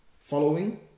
following